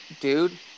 dude